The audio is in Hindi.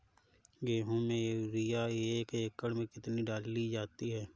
गेहूँ में यूरिया एक एकड़ में कितनी डाली जाती है?